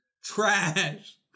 trash